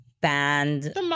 band